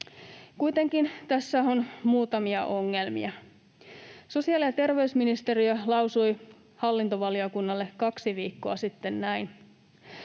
Kuitenkin tässä on muutamia ongelmia. Sosiaali- ja terveysministeriö lausui hallintovaliokunnalle kaksi viikkoa sitten näin: